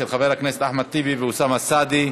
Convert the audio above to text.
של חברי הכנסת אחמד טיבי ואוסאמה סעדי.